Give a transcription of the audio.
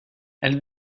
elle